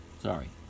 sorry